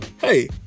Hey